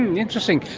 and interesting.